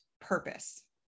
purpose